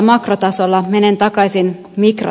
menen takaisin mikrotasolle